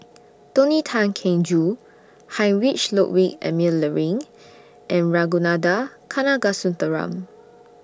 Tony Tan Keng Joo Heinrich Ludwig Emil Luering and Ragunathar Kanagasuntheram